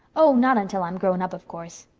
oh, not until i'm grown-up, of course.